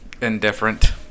Indifferent